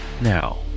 Now